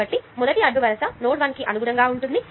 కాబట్టి మొదటి అడ్డు వరుస నోడ్ 1 కి అనుగుణంగా ఉంటుంది